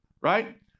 Right